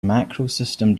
macrosystem